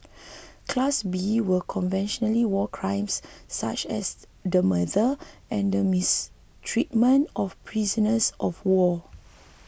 class B were conventional war crimes such as the murder and mistreatment of prisoners of war